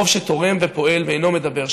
הרוב שתורם ופועל ואינו מדבר,